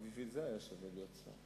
רק בשביל זה היה שווה להיות שר.